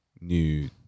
new